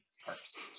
first